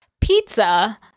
Pizza